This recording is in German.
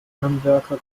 handwerker